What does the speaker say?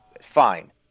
Fine